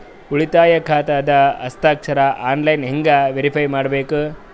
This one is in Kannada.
ಉಳಿತಾಯ ಖಾತಾದ ಹಸ್ತಾಕ್ಷರ ಆನ್ಲೈನ್ ಹೆಂಗ್ ವೇರಿಫೈ ಮಾಡಬೇಕು?